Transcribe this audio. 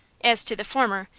as to the former,